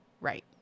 Right